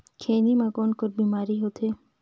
खैनी म कौन कौन बीमारी होथे?